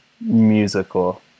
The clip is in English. musical